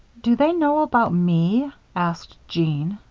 do they know about me? asked jeanne.